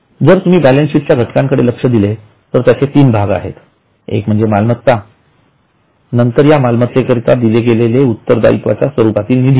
जर तुम्ही बॅलन्सशीटच्या घटकांकडे लक्ष दिले तर त्याचे तीन भाग आहेत एक म्हणजे मालमत्ता नंतर या मालमत्तेकरिता दिला गेलेला उत्तरदायित्वाच्या स्वरूपातील निधी